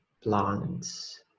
plants